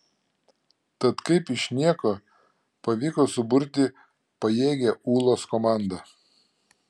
tad kaip iš nieko pavyko suburti pajėgią ūlos komandą